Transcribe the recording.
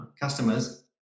customers